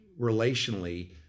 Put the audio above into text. relationally